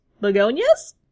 Begonias